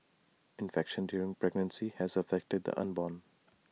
infection during pregnancy has affected the unborn